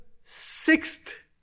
sixth